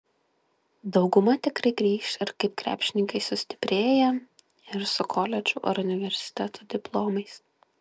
dauguma tikrai grįš ir kaip krepšininkai sustiprėję ir su koledžų ar universitetų diplomais